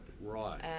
Right